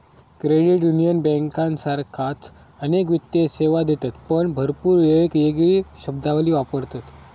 credit union बँकांसारखाच अनेक वित्तीय सेवा देतत पण भरपूर येळेक येगळी शब्दावली वापरतत